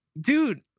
Dude